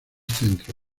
centro